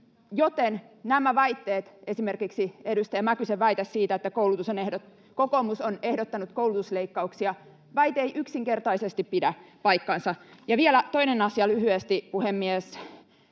joten nämä väitteet, esimerkiksi edustaja Mäkysen väite siitä, että kokoomus on ehdottanut koulutusleikkauksia, eivät yksinkertaisesti pidä paikkaansa. [Veronika Honkasalon välihuuto]